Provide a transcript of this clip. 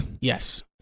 yes